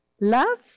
Love